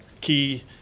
key